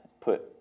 put